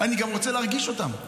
אני רוצה גם להרגיש אותם.